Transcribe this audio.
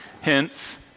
hence